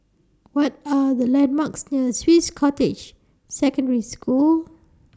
What Are The landmarks near Swiss Cottage Secondary School